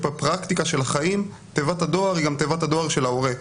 בפרקטיקה של החיים תיבת הדואר היא גם תיבת הדואר של ההורה,